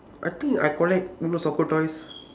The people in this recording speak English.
I think I collect you know soccer toys